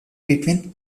between